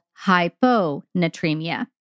hyponatremia